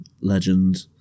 legend